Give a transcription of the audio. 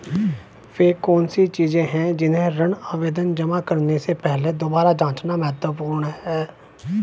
वे कौन सी चीजें हैं जिन्हें ऋण आवेदन जमा करने से पहले दोबारा जांचना महत्वपूर्ण है?